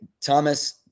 Thomas